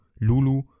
Lulu